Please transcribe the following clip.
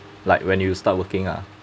like when you start working lah